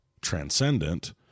transcendent